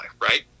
right